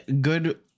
good